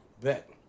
bet